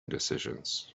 decisions